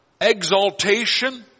exaltation